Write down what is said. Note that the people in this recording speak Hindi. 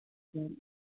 चलो